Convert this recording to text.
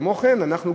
כמו כן אנחנו,